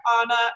Anna